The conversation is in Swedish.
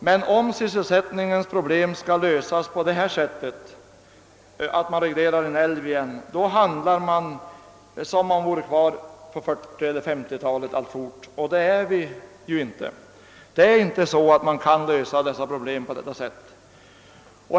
Men om sysselsättningsproblemen skall lösas på det sättet att man ånyo reglerar en älv, då handlar man som om man vore kvar på 1940 eller 1950 talet. Och det är vi ju inte. Man kan inte lösa problemen på detta sätt.